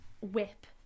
whip